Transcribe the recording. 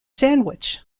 sandwich